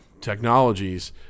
technologies